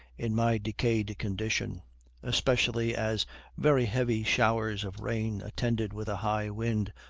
in my decayed condition especially as very heavy showers of rain, attended with a high wind,